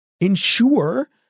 ensure